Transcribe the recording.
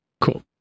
cool